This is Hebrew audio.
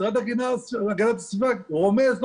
המשרד להגנת הסביבה רומז,